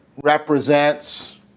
represents